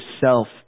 self